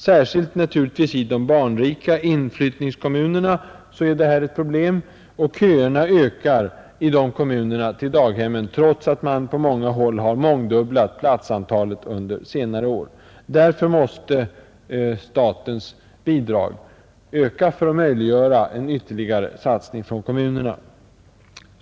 Särskilt i de barnrika inflyttningskommunerna är det här naturligtvis ett problem, och köerna till daghemmen ökar i dessa kommuner, trots att man på många håll har mångdubblat platsantalet under senare år. Därför måste statens bidrag öka för att möjliggöra en ytterligare satsning av kommunerna.